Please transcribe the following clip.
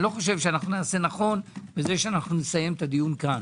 לא חושב שנעשה נכון בזה שנסיים את הדיון כאן.